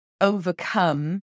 overcome